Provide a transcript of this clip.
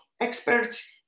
experts